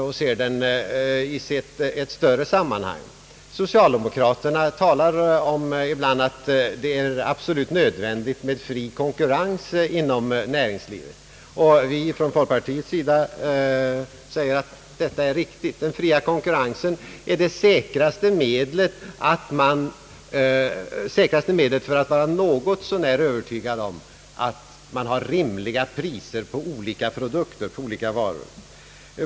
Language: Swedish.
Sccialdemokraterna talar ibland om att det är absclut nödvändigt med fri konkurrens inom näringslivet, och från folkpartiets sida säger vi att detta är riktigt — den fria konkurrensen är det säkraste medlet för att man skall kunna känna sig något så när övertygad om att priserna på olika varor är rimliga.